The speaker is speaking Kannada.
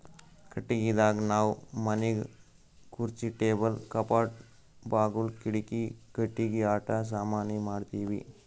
ಕಟ್ಟಿಗಿದಾಗ್ ನಾವ್ ಮನಿಗ್ ಖುರ್ಚಿ ಟೇಬಲ್ ಕಪಾಟ್ ಬಾಗುಲ್ ಕಿಡಿಕಿ ಕಟ್ಟಿಗಿ ಆಟ ಸಾಮಾನಿ ಮಾಡ್ತೀವಿ